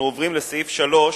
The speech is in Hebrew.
אנחנו עוברים לסעיף 3: